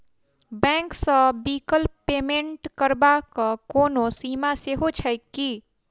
Bank सँ बिलक payment करबाक कोनो सीमा सेहो छैक की?